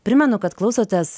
primenu kad klausotės